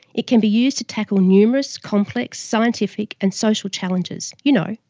it can be used to tackle numerous complex scientific and social challenges you know,